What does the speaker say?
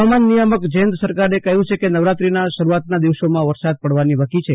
હવામાન નિયામક જયંત સરકારે કહ્યુ છે કે નવરાત્રીના શરૂઆતના દિવસોમાં વરસાદ પડવાની વકી છે